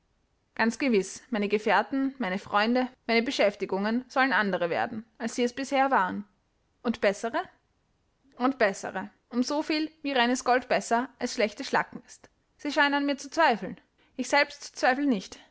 ganz gewiß meine gefährten meine freunde meine beschäftigungen sollen andere werden als sie es bisher waren und bessere und bessere um so viel wie reines gold besser als schlechte schlacken ist sie scheinen an mir zu zweifeln ich selbst zweifle nicht